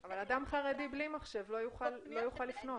אבל אדם חרדי בלי מחשב לא יוכל לפנות.